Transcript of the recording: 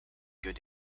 good